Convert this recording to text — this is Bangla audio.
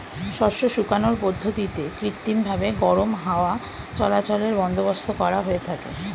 শস্য শুকানোর পদ্ধতিতে কৃত্রিমভাবে গরম হাওয়া চলাচলের বন্দোবস্ত করা হয়ে থাকে